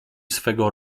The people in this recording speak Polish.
swego